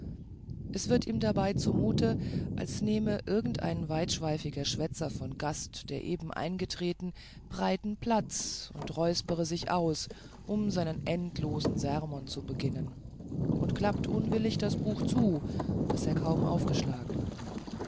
es wird ihm dabei zumute als nehme irgendein weitschweifiger schwätzer von gast der eben eingetreten breiten platz und räuspre sich aus um seinen endlosen sermon zu beginnen und er klappt unwillig das buch zu das er kaum aufgeschlagen